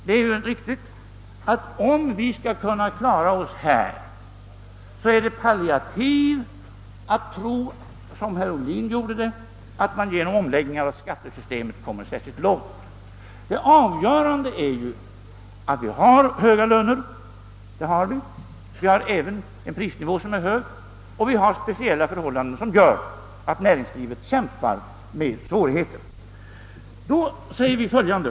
Det är riktigt, att om vi skall kunna klara oss där, så är det palliativ att tro — som herr Ohlin gjorde — att man genom en omläggning av skattesystemet kommer särskilt långt. Det avgörande är att vi har höga löner. Vi har även en prisnivå som är hög, och vi har speciella förhållanden som gör, att näringslivet har svårigheter att klara konkurrensen från utlandet.